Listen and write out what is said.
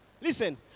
Listen